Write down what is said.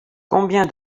combien